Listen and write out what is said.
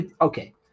Okay